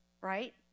right